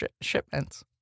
shipments